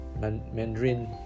Mandarin